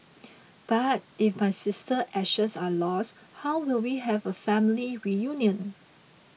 but if my sister ashes are lost how will we have a family reunion